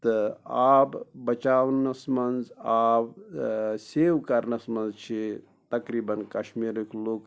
تہٕ آب بَچاونس منٛز آب سیو کرنس منٛز چھِ یِم تَقریٖبن کَشمیٖرٕکۍ لُکھ